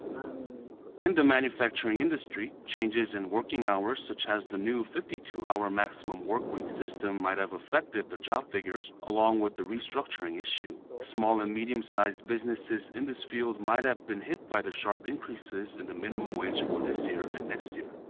um in manufacturing industry, changes in working hours such as the new fifty two hour maximum workweek system might have affected the job figures. along with the restructuring issue. small and medium sized businesses in this field might have been hit by the sharp increases in the minimum wage for this year and next year.